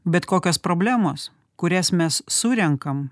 bet kokios problemos kurias mes surenkam